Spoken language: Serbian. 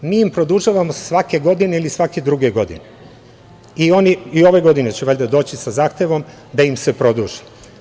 Mi im produžavamo svake godine ili svake druge godine, i ove godine će valjda doći sa zahtevom da im se produži.